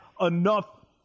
enough